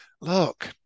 look